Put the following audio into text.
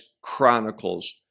chronicles